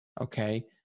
Okay